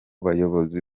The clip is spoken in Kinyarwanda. bayobozi